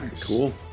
Cool